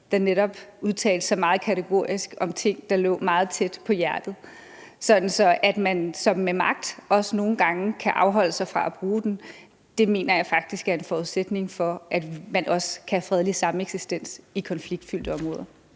der netop udtalte sig meget kategorisk om ting, der lå meget tæt på hjertet. Så at man med magt også nogle gange kan afholde sig fra at bruge den, mener jeg faktisk er en forudsætning for, at man også kan have fredelig sameksistens i konfliktfyldte områder.